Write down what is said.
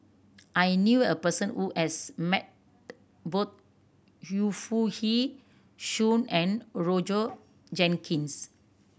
I knew a person who has met both Yu Foo Yee Shoon and Roger Jenkins